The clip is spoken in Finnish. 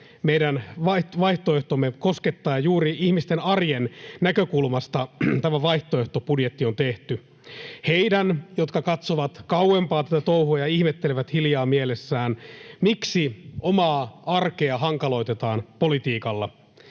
meidän vaihtoehtomme koskettaa, ja juuri ihmisten arjen näkökulmasta tämä vaihtoehtobudjetti on tehty — heidän, jotka katsovat kauempaa tätä touhua ja ihmettelevät hiljaa mielessään, miksi omaa arkea hankaloitetaan politiikalla.